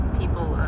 people